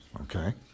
okay